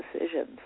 decisions